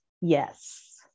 Yes